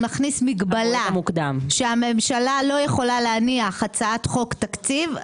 נכניס מגבלה שהממשלה לא יכולה להניח הצעת חוק תקציב,